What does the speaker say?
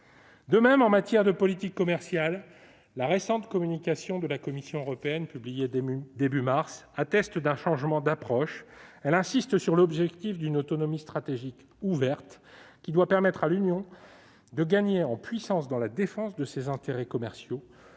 De même, en matière de politique commerciale, la récente communication de la Commission européenne, publiée au début du mois de mars dernier, atteste d'un changement d'approche : elle insiste sur l'objectif d'une « autonomie stratégique ouverte », qui doit permettre à l'Union de gagner en puissance dans la défense de ses intérêts commerciaux,